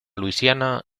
luisiana